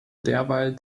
derweil